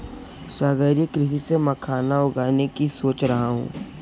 सागरीय कृषि से मखाना उगाने की सोच रहा हूं